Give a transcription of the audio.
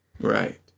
Right